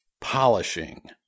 polishing